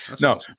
No